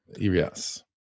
Yes